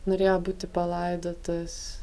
norėjo būti palaidotas